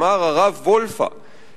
אמר הרב וולפא,